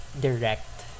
direct